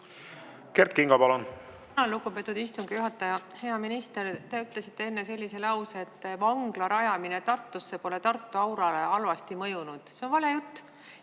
Kert Kingo, palun! Tänan, lugupeetud istungi juhataja! Hea minister! Te ütlesite enne sellise lause, et vangla rajamine Tartusse pole Tartu aurale halvasti mõjunud. See on vale jutt!